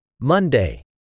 Monday